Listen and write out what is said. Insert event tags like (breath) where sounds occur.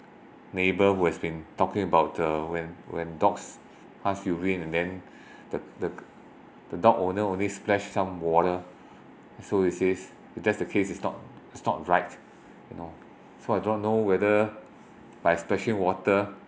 neighbour who has been talking about uh when when dogs pass urine and then (breath) the the the dog owner only splash some water so he says if that's the case it's not it's not right you know so I do not know whether by splashing water